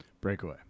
Breakaway